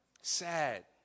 Sad